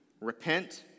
Repent